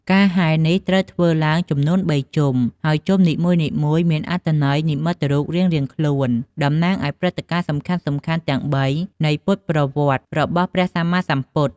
ការហែរនេះត្រូវធ្វើឡើងចំនួន ៣ ជុំ ហើយជុំនីមួយៗមានអត្ថន័យនិមិត្តរូបរៀងៗខ្លួន តំណាងឱ្យព្រឹត្តិការណ៍សំខាន់ៗទាំងបីនៃពុទ្ធប្រវត្តិរបស់ព្រះសម្មាសម្ពុទ្ធ។